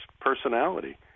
personality